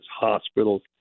hospitals